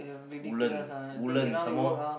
Woodland Woodland some more